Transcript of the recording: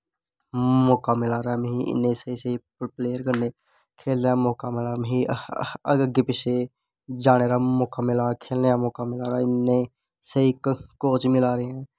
मौका मिला दा ऐ मिगी इन्ने स्हेई स्हेई प्लेयर कन्नै खेलने दा मौका मिला दा ऐ मिगा अग्गें पिच्छें जाने दा मौका मिला दा खेलने दा मौका मिला दा इन्ने स्हेई कोच मिला दे ऐं